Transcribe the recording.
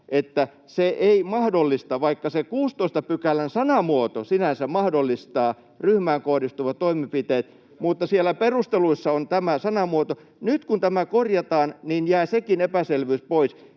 että se ei mahdollista, vaikka se 16 §:n sanamuoto sinänsä mahdollistaa ryhmään kohdistuvat toimenpiteet, mutta siellä perusteluissa on tämä sanamuoto. Nyt kun tämä korjataan, niin jää sekin epäselvyys pois.